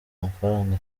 amafaranga